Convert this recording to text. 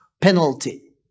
penalty